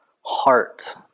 heart